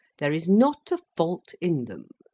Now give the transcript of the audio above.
there is not a fault in them.